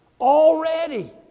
Already